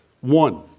One